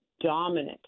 dominant